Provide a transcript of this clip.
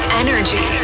energy